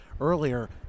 earlier